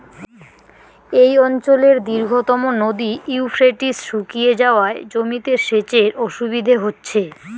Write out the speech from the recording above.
এই অঞ্চলের দীর্ঘতম নদী ইউফ্রেটিস শুকিয়ে যাওয়ায় জমিতে সেচের অসুবিধে হচ্ছে